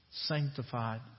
sanctified